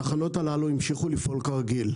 התחנות הללו המשיכו לפעול כרגיל,